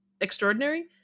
extraordinary